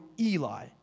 Eli